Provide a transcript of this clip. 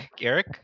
Eric